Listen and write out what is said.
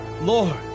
Lord